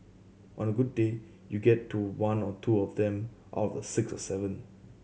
on a good day you get to one or two of them of the six or seven